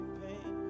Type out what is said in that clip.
pain